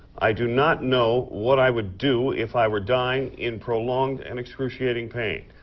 i do not know what i would do if i were dying in prolonged and excruciating pain.